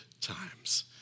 times